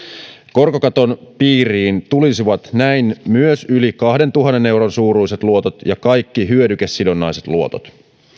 korkokaton piiriin tulisivat näin myös yli kahdentuhannen euron suuruiset luotot ja kaikki hyödykesidonnaiset luotot